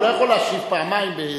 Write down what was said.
הוא לא יכול להשיב פעמיים באיזה,